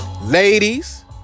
Ladies